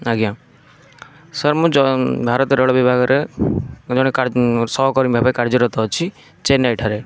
ଆଜ୍ଞା ସାର୍ ମୁଁ ଭାରତ ରେଳ ବିଭାଗରେ ମୁଁ ଜଣେ ସହକର୍ମୀ ଭାବେ କାର୍ଯ୍ୟରତ ଅଛି ଚେନ୍ନାଇ ଠାରେ